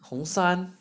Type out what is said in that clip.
红山